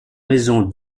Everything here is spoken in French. maisons